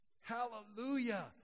Hallelujah